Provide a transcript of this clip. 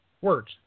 words